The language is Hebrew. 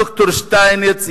ד"ר שטייניץ,